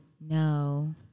No